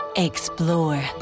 Explore